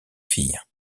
fille